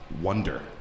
wonder